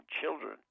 children